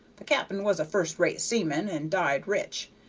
the cap'n was a first-rate seaman and died rich,